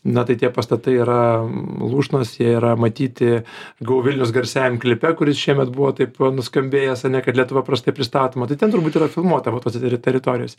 na tai tie pastatai yra lūšnos jie yra matyti gou vilniaus garsiajam klipe kuris šiemet buvo taip nuskambėjęs ane kad lietuva prastai pristatoma tai ten turbūt yra filmuota va tose teri teritorijose